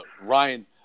Ryan